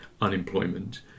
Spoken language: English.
unemployment